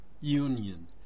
union